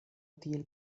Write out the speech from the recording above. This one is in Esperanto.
tiel